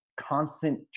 constant